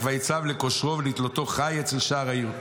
ויצו לקשרו ולתלותו חי אצל שער העיר.